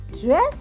dress